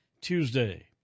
Tuesday